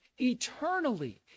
eternally